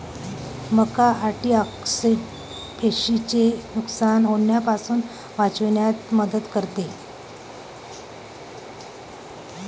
मका अँटिऑक्सिडेंट पेशींचे नुकसान होण्यापासून वाचविण्यात मदत करते